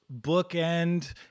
bookend